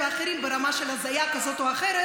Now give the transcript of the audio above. איך הרגשתם כשאתם פותחים את הטלוויזיה ואתם רואים את